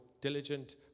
diligent